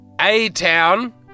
A-Town